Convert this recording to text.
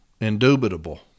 indubitable